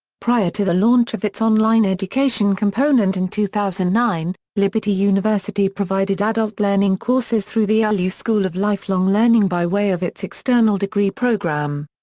prior to the launch of its online education component in two thousand and nine, liberty university provided adult learning courses through the ah lu school of lifelong learning by way of its external degree program.